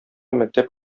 мәктәп